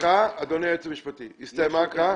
ערעור נקודה כמו כל בית משפט אלא כערכאת